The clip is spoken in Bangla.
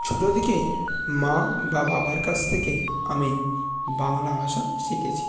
ছোট থেকেই মা বা বাবার কাছ থেকেই আমি বাংলা ভাষা শিখেছি